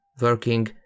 working